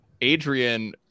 Adrian